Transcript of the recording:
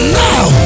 now